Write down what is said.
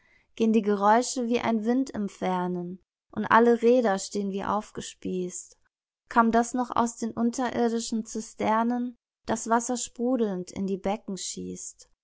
gehn die geräusche wie ein wind iih fernen und alle räder stehn wie aufgespiesst kaum dass noch aus den unterirdischen zisternen das wasser sprudelnd in die becken schiesst